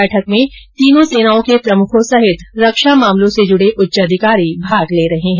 बैठक में तीनों सेनाओं के प्रमुखो सहित रक्षा मामलो से जुडे उच्चाधिकारी भाग ले रहे है